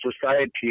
society